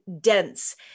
dense